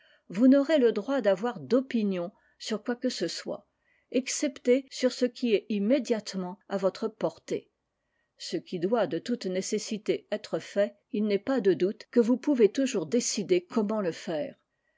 vous n'aurez le droit d'avoir d opinions sur quoi que ce soit excepté sur ce qui est immédiatement à votre portée ce qui doit de toute nécessité être fait il n'est pas de doute que vous pouvez toujours décider comment le faire